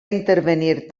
intervenir